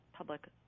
public